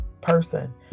person